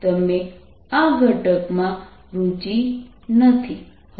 તમે આ ઘટક માં રુચિ નથી સંદર્ભ લો 2856